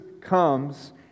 comes